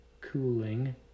cooling